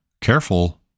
careful